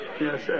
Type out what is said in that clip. Yes